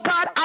God